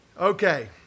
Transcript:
Okay